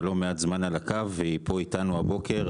לא מעט זמן על הקו אבל בכל זאת היא כאן איתנו הבוקר.